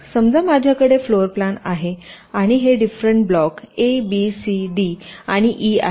समजा माझ्याकडे फ्लोरप्लान आहे आणि हे different block A B C D आणि ई आहेत